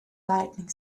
lightning